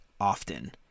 often